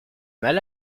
mal